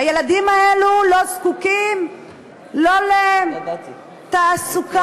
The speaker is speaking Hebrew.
הילדים האלו לא זקוקים לא לתעסוקה,